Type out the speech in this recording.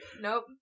Nope